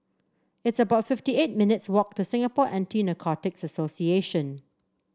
it's about fifty eight minutes' walk to Singapore Anti Narcotics Association